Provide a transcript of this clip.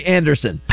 Anderson